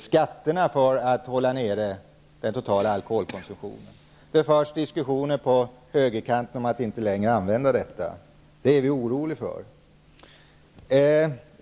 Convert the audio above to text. skatterna för att hålla nere den totala alkoholkonsumtionen. Det förs nu diskussioner på högerkanten om att nu inte längre använda detta. Det är vi oroliga för.